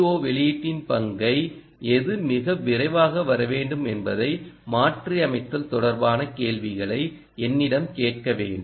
ஓ வெளியீட்டின் பங்கை எது மிக விரைவாக வர வேண்டும் என்பதை மாற்றியமைத்தல் தொடர்பான கேள்விகளை என்னிடம் கேட்க வேண்டும்